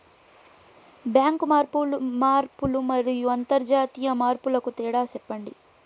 Bank మార్పులు మరియు అంతర్జాతీయ మార్పుల కు తేడాలు సెప్పండి?